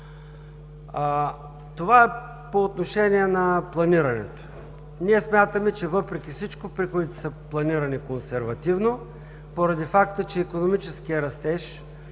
Това е по отношение на планирането. Ние смятаме, че въпреки всичко приходите са планирани консервативно, поради факта че икономическия растеж